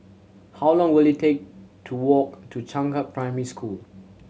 how long will it take to walk to Changkat Primary School